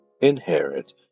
inherit